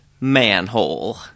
Manhole